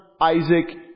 Isaac